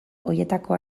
horietako